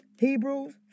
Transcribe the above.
Hebrews